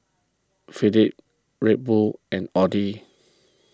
Philips Red Bull and Audi